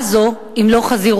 מה זה אם לא חזירות?